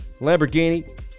Lamborghini